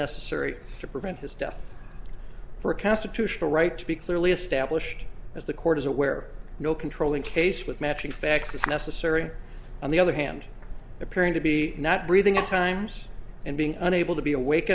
necessary to prevent his death for a constitutional right to be clearly established as the court is aware no controlling case with matching facts if necessary on the other hand appearing to be not breathing at times and being unable to be awake